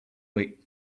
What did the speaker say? week